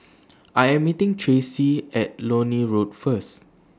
I Am meeting Tracy At Lornie Road First